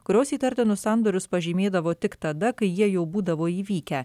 kurios įtartinus sandorius pažymėdavo tik tada kai jie jau būdavo įvykę